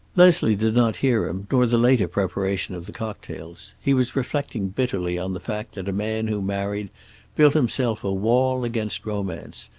leslie did not hear him, nor the later preparation of the cocktails. he was reflecting bitterly on the fact that a man who married built himself a wall against romance,